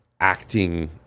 acting